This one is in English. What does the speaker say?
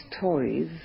toys